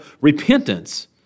repentance